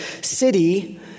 city